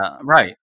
right